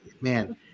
man